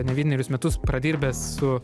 ne vienerius metus pradirbęs su